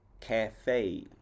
Cafe